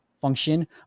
function